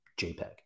JPEG